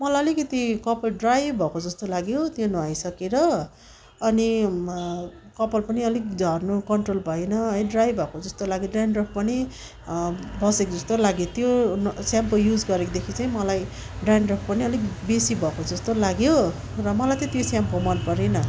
मलाई अलिकति कपाल ड्राई भएको जस्तो लाग्यो त्यो नुहाइसकेर अनि कपाल पनि अलिक झर्नु कन्ट्रोल भएन है ड्राई भएको जस्तो लाग्यो ड्यान्डड्रफ पनि पसेको जस्तो लाग्यो त्यो न स्याम्पो युज गरेकोदेखि चाहिँ मलाई ड्यान्डड्रफ पनि अलिक बेसी भएको जस्तो लाग्यो र मलाई चाहिँ त्यो स्याम्पो मनपरेन